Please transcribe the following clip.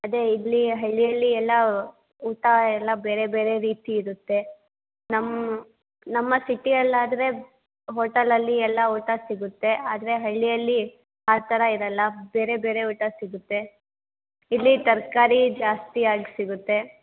ಅದೇ ಇಲ್ಲಿ ಹಳ್ಳಿಯಲ್ಲಿ ಎಲ್ಲ ಊಟ ಎಲ್ಲ ಬೇರೆ ಬೇರೆ ರೀತಿ ಇರುತ್ತೆ ನಮ್ಮ ನಮ್ಮ ಸಿಟಿಯಲ್ಲಾದ್ರೆ ಹೋಟಲಲ್ಲಿ ಎಲ್ಲ ಊಟ ಸಿಗುತ್ತೆ ಆದರೆ ಹಳ್ಳಿಯಲ್ಲಿ ಆ ಥರ ಇರೋಲ್ಲ ಬೇರೆ ಬೇರೆ ಊಟ ಸಿಗುತ್ತೆ ಇಲ್ಲಿ ತರಕಾರಿ ಜಾಸ್ತಿಯಾಗಿ ಸಿಗುತ್ತೆ